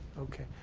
okay.